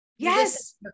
Yes